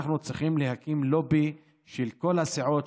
אנחנו צריכים להקים לובי של כל הסיעות,